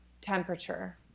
temperature